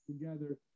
together